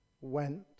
went